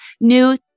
new